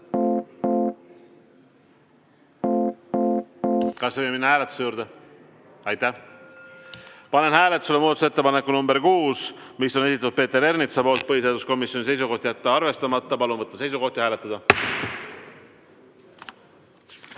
Kas võime minna hääletuse juurde? Aitäh! Panen hääletusele muudatusettepaneku nr 6, mille on esitanud Peeter Ernits. Põhiseaduskomisjoni seisukoht on jätta see arvestamata. Palun võtta seisukoht ja hääletada!